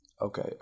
Okay